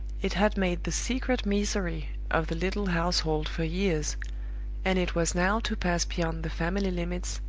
it had made the secret misery of the little household for years and it was now to pass beyond the family limits,